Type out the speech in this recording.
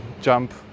jump